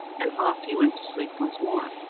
and off he went to sleep once more.